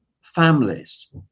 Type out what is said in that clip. families